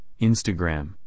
Instagram